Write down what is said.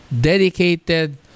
dedicated